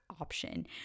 option